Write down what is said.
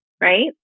right